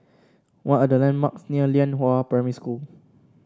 what are the landmarks near Lianhua Primary School